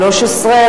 13,